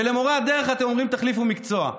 ולמורי הדרך אתם אומרים: תחליפו מקצוע?